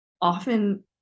often